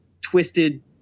twisted